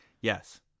Yes